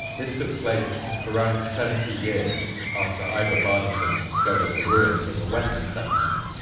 this took place around seventy years after ivar bardason dis covered the ruins of the western settlement.